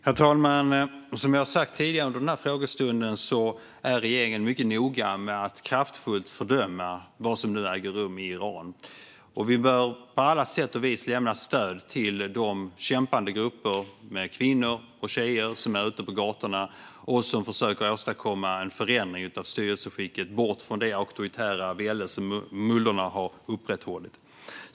Herr talman! Som jag sagt tidigare under den här frågestunden är regeringen mycket noga med att kraftfullt fördöma det som nu äger rum i Iran. Vi bör på alla sätt och vis lämna stöd till de kämpande grupper av kvinnor och tjejer som är ute på gatorna och försöker åstadkomma en förändring av styrelseskicket bort från det auktoritära välde som mullorna upprätthållit.